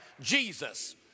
Jesus